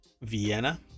Vienna